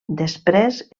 després